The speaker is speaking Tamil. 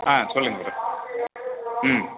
ஆ சொல்லுங்கள் மேடம் ம்